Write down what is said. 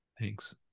Thanks